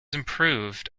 improved